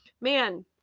man